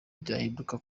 byahinduka